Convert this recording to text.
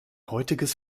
heutiges